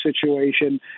situation